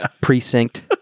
precinct